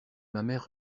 mamère